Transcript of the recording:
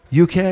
UK